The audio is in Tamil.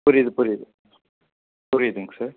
புரியுது புரியுது புரியுதுங்க சார்